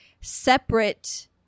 separate